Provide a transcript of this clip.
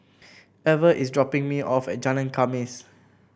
Ever is dropping me off at Jalan Khamis